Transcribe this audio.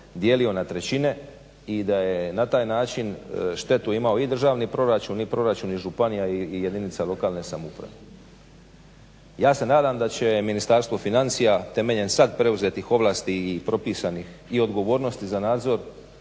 na trećine i da je na taj način štetu imao i državni proračun i proračuni županija i jedinica lokalne samouprave. Ja se nadam da će Ministarstvo financija temeljem sad preuzetih ovlasti i propisanih i odgovornosti za nadzor